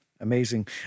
Amazing